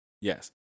yes